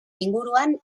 inguruan